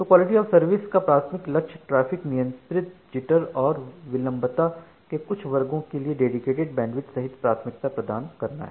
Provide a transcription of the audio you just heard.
तो quality of service का प्राथमिक लक्ष्य ट्रैफ़िक नियंत्रित जिटरjitter और विलंबता के कुछ वर्गों के लिए डेडिकेटेड बैंडविड्थ सहित प्राथमिकता प्रदान करना है